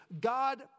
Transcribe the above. God